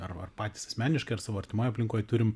arba patys asmeniškai ar savo artimoj aplinkoj turim